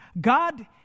God